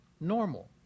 normal